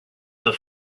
the